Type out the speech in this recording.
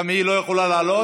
גם היא לא יכולה לעלות.